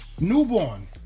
Newborn